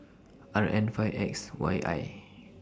R N five X Y I